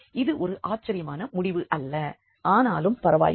இது ஒரு ஆச்சரியமான முடிவு அல்ல ஆனாலும் பரவா இல்லை